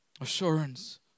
Assurance